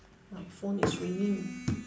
my phone is ringing